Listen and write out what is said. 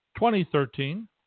2013